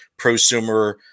prosumer